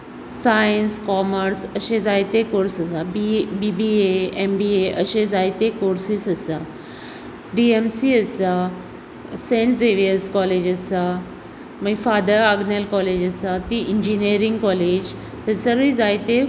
science commerce अशें जायतें courses आसा B A B B A M B A अशें जायतें कोर्सेस आसा डि एम सी आसा सँट झेवियर्स कॉलेज आसा मागीर फादर आग्नेल कॉलेज आसा ती इंजिनियरींग कॉलेज थंयसरय जायतें